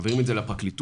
מעבירים את זה לפרקליטות,